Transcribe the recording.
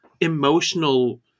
emotional